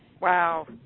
Wow